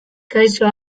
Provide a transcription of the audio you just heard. kaixo